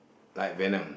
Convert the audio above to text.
like venom